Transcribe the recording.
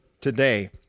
today